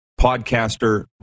podcaster